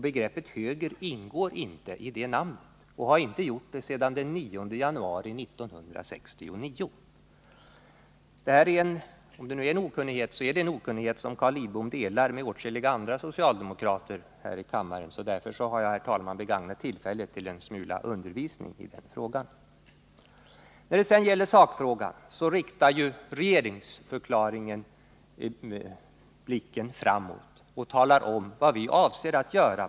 Begreppet ”höger” ingår inte i det namnet, och har inte gjort det sedan den 9 januari 1969. Om det här är en okunnighet så är det en okunnighet som Carl Lidbom delar med åtskilliga andra socialdemokrater här i kammaren. Därför har jag, herr talman, begagnat tillfället till en smula undervisning i frågan. När det gäller sakfrågan riktar ju regeringsförklaringen blicken framåt och talar om vad vi avser att göra.